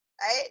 Right